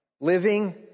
Living